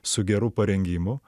su geru parengimu